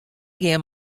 gean